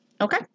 okay